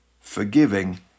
forgiving